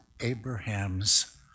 Abraham's